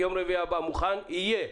אם תביאו, יהיה.